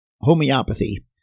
homeopathy